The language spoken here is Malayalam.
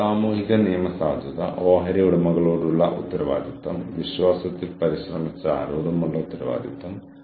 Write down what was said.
കൂടാതെ ഏറ്റവും ചെലവ് കുറഞ്ഞ പരിഹാരം എല്ലാവർക്കും അതിൽ പങ്കാളിത്തമുണ്ട്